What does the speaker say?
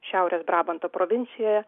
šiaurės brabanto provincijoje